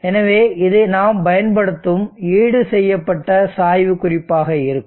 எனவே இது நாம் பயன்படுத்தும் ஈடுசெய்யப்பட்ட சாய்வு குறிப்பாக இருக்கும்